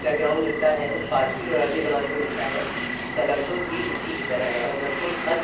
back ground ملتا ہے وہ فارسی اور عربی زبان سے ملتا ہے تلفظ بھی اسی کی طرح ہے اور رسم الخط